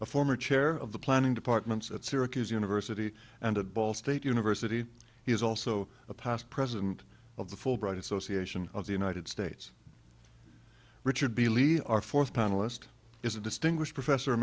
a former chair of the planning departments at syracuse university and at ball state university he is also a past president of the fulbright association of the united states richard b levy our fourth panelist is a distinguished professor